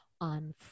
on